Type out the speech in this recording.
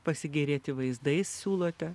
pasigėrėti vaizdais siūlote